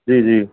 जी जी